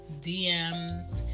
DMs